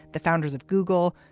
the founders of google,